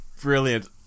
Brilliant